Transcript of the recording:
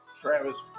Travis